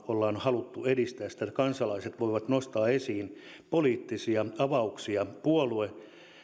ollaan haluttu edistää sitä että kansalaiset voivat nostaa esiin poliittisia avauksia puolue